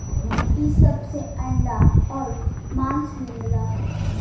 इ सब से अंडा आउर मांस मिलला